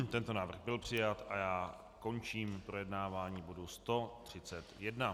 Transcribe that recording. Tento návrh byl přijat a já končím projednávání bodu 131.